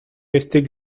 restait